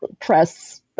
press